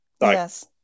Yes